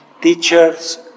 teachers